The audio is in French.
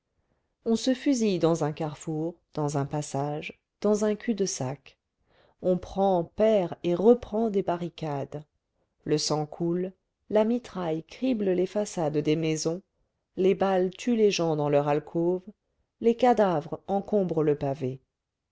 on se fusille dans un carrefour dans un passage dans un cul-de-sac on prend perd et reprend des barricades le sang coule la mitraille crible les façades des maisons les balles tuent les gens dans leur alcôve les cadavres encombrent le pavé